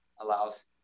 allows